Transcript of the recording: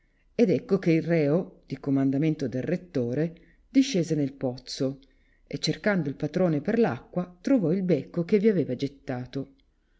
ed ecco che il reo di commandamento del rettore discese nel pozzo e cercando il patrone per l'ac